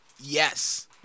yes